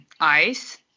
ice